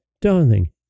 darling